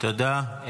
תודה.